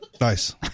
nice